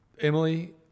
Emily